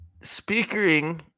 speaking